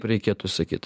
reikėtų sakyt